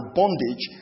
bondage